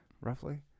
Roughly